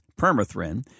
permethrin